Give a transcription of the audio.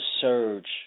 surge